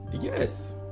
Yes